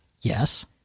Yes